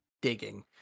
digging